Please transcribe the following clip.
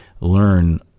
learn